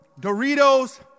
Doritos